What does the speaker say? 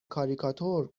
کاریکاتور